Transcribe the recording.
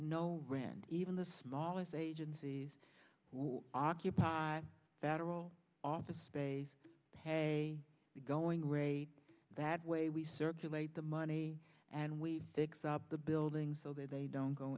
no rent even the smallest agencies who occupy that all office space pay the going rate that way we circulate the money and we fix up the buildings so that they don't go